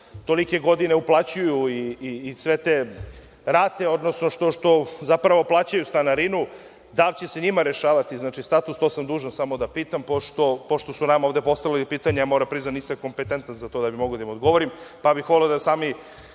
tolike godine uplaćuju i sve te rate, odnosno što zapravo plaćaju stanarinu, da li će se njima rešavati status? To sam dužan samo da pitam pošto su nama ovde postavili pitanje, a moram da priznam da nisam kompetentan za to da bi mogao da im odgovorim. Voleo bih da sami